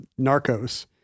Narcos